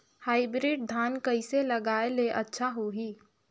Hybrid धान कइसे लगाय ले अच्छा होही?